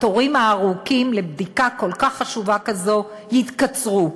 התורים הארוכים לבדיקה כל כך חשובה כזאת יתקצרו,